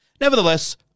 Nevertheless